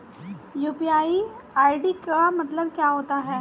UPI ID का मतलब क्या होता है?